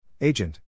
Agent